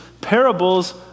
parables